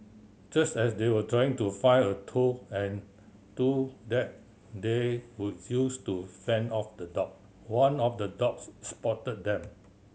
just as they were trying to find a tool and two that they could use to fend off the dog one of the dogs spotted them